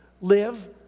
live